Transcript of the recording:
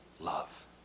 love